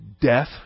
death